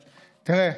תראה,